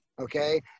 okay